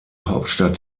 hauptstadt